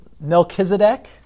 Melchizedek